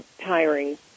tiring